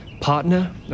Partner